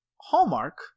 Hallmark